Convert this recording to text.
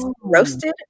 roasted